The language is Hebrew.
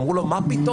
אמרו לו: מה פתאום?